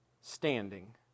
standing